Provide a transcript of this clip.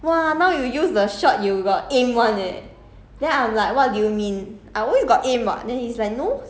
neh jing wei today got praise me leh he say like err !wah! now you use the shot you got aim [one] leh